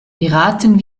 beraten